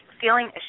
feeling